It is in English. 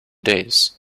days